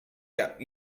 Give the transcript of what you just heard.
gap